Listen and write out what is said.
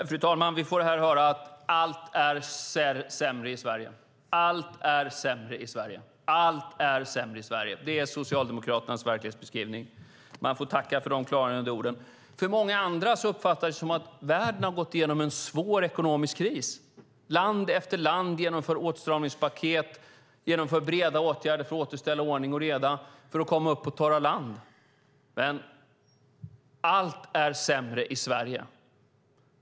Fru talman! Vi får här höra att allt är sämre i Sverige, allt är sämre i Sverige, allt är sämre i Sverige. Det är Socialdemokraternas verklighetsbeskrivning. Man får tacka för de klargörande orden. Många andra uppfattar det som att världen har gått igenom en svår ekonomisk kris. Land efter land genomför åtstramningspaket, genomför breda åtgärder för att återställa ordning och reda för att komma upp på torra land. Men allt är sämre i Sverige.